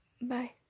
Bye